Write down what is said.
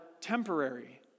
temporary